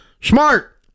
smart